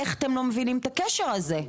איך אתם לא מצליחים להבין את הקשר הזה.